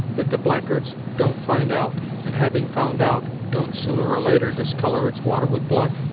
that the blackguards don't find out, and having found out, don't, sooner or later, discolour its water with blood.